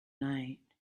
night